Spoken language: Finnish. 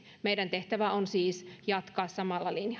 meidän tehtävämme on siis jatkaa samalla linjalla